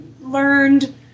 learned